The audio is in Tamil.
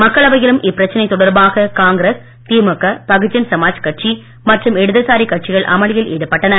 மக்களவையிலும் இப்பிரச்சனை தொடர்பாக காங்கிரஸ் திமுக பகுஜன்சமாஜ் கட்சி மற்றும் இடதுசாரி கட்சிகள் அமளியில் ஈடுபட்டன